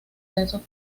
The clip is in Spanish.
densos